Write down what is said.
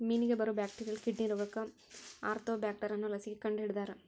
ಮೇನಿಗೆ ಬರು bacterial kidney ರೋಗಕ್ಕ ಆರ್ತೋಬ್ಯಾಕ್ಟರ್ ಅನ್ನು ಲಸಿಕೆ ಕಂಡಹಿಡದಾರ